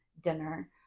dinner